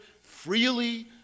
freely